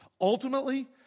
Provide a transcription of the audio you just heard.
Ultimately